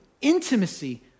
intimacy